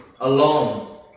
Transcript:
alone